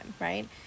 right